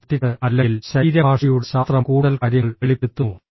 kinaesthetics അല്ലെങ്കിൽ ശരീരഭാഷയുടെ ശാസ്ത്രം കൂടുതൽ കാര്യങ്ങൾ വെളിപ്പെടുത്തുന്നു